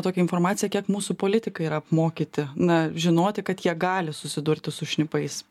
tokią informaciją kiek mūsų politikai yra apmokyti na žinoti kad jie gali susidurti su šnipais